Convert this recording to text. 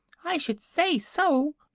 i should say so!